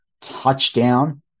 touchdown